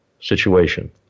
situation